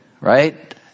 right